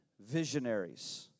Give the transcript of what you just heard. visionaries